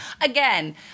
Again